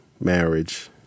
marriage